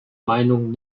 meinung